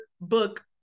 book